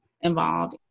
involved